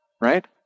right